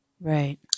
Right